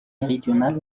méridionales